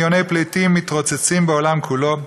ומיליוני פליטים מתרוצצים בעולם כולו,